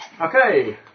Okay